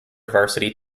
varsity